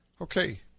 okay